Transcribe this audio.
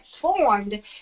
transformed